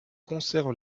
conservent